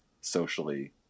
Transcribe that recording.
socially